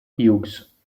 hughes